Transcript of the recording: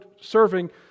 serving